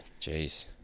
jeez